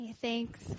Thanks